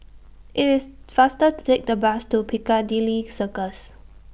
IT IS faster to Take The Bus to Piccadilly Circus